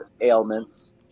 ailments